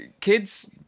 Kids